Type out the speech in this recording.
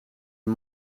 een